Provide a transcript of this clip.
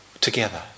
together